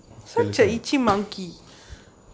telyson